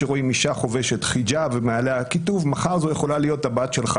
שרואים אישה חובשת חג'אב ומעליה הכיתוב: מחר זו יכולה להיות הבת שלך